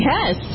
Yes